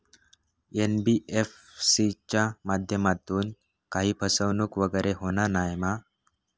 NBFC च्या माध्यमातून काही फसवणूक वगैरे होना नाय मा?